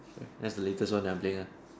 that's the latest one that I am playing on